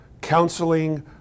counseling